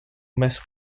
mess